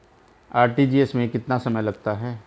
RTGS में कितना समय लगता है?